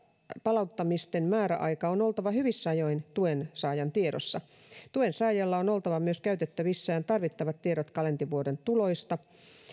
palauttamisten määräajan on oltava hyvissä ajoin tuensaajan tiedossa tuensaajalla on oltava myös käytettävissään tarvittavat tiedot kalenterivuoden tuloistaan